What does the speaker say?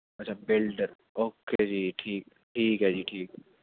ਅੱਛਾ builder okay ਜੀ ਠੀਕ ਠੀਕ ਹੈ ਜੀ ਠੀਕ